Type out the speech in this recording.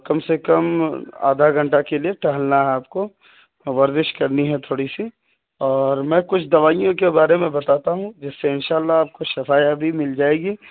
کم سے کم آدھا گھنٹہ کے لیے ٹہلنا ہے آپ کو ورزش کرنی ہے تھوڑی سی اور میں کچھ دوائیوں کے بارے میں بتاتا ہوں جس سے ان شاء اللہ آپ کو شفایابی مل جائے گی